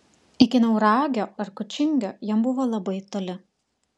iki nauragio ar kučingio jam buvo labai toli